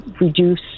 reduce